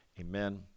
Amen